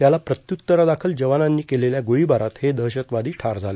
त्याला प्रत्युत्तरादाखल जवानांनी केलेल्या गोळीबारात हे दहशतवादी ठार झाले